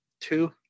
Two